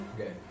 Okay